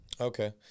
Okay